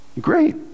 Great